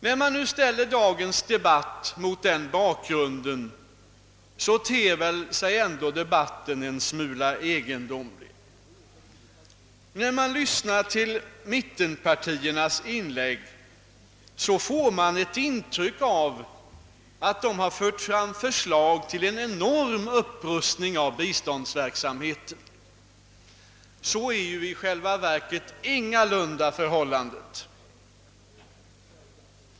När man ser dagens debatt mot den bakgrunden ter sig väl ändå debatten en smula egendomlig! När man lyssnar på inläggen från mittenpartiernas representanter = får man ett intryck av att de har fört fram förslag till en enorm upprustning av biståndsverksamheten. Så är i själva verket ingalunda förhållandet.